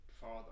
father